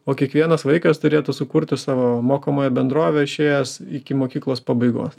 o kiekvienas vaikas turėtų sukurti savo mokomąją bendrovę įšėjęs iki mokyklos pabaigos